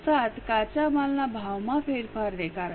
07 કાચા માલના ભાવમાં ફેરફારને કારણે